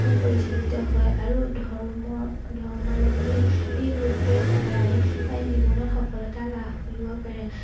সুপৰিচালিত হয় আৰু ধৰ্ম ধৰ্মাৱলম্বী লোকে সদায় জীৱনত সফলতা লাভ কৰিব পাৰে